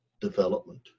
development